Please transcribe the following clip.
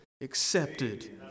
accepted